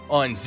on